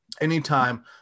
Anytime